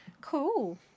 cool